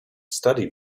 study